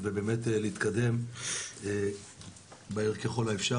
ובאמת להתקדם מהר ככל האפשר,